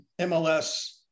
MLS